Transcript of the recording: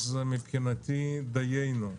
אז מבחינתי דיינו.